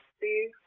see